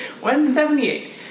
178